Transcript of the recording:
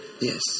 Yes